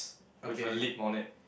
with a lip on it